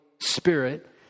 Spirit